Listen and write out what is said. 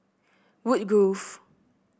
woodgrove